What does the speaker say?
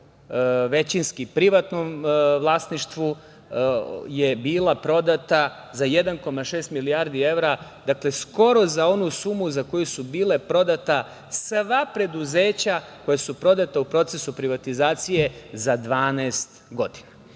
većinski privatnom vlasništvu, je bila prodata za 1,6 milijardi evra, dakle, skoro za onu sumu za koju su bila prodata sva preduzeća koja su prodata u procesu privatizacije za 12 godina.